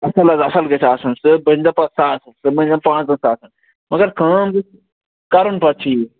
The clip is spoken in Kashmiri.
اَصٕل حظ اَصٕل گَژھِ آسُن سُہ حظ بنہِ پَتہٕ ساسَس سُہ بٔنِنۍ پانٛژھ ساسن مگر کٲم گژھِ کَرُن پَتہٕ ٹھیٖک